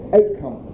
outcome